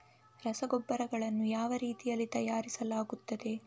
ರಸಗೊಬ್ಬರಗಳನ್ನು ಯಾವ ರೀತಿಯಲ್ಲಿ ತಯಾರಿಸಲಾಗುತ್ತದೆ?